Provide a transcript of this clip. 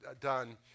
done